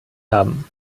haben